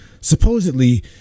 supposedly